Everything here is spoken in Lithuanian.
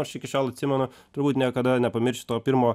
aš iki šiol atsimenu turbūt niekada nepamiršiu to pirmo